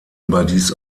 überdies